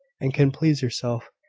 and can please yourself,